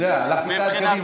אני יודע, הלכתם צעד קדימה.